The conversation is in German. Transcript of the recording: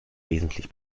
wesentlich